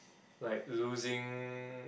like losing